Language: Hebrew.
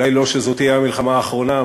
אולי לא שזאת תהיה המלחמה האחרונה,